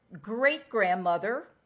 great-grandmother